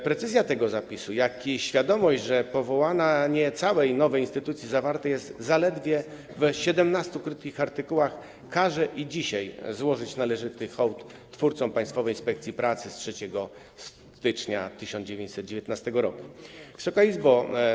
Precyzja tego zapisu, jak i świadomość, że powołanie całej nowej instytucji zawarte jest w zaledwie 17 krótkich artykułach, każą i dzisiaj złożyć należyty hołd twórcom Państwowej Inspekcji Pracy z 3 stycznia 1919 r. Wysoka Izbo!